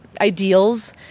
ideals